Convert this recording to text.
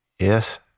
Yes